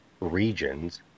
regions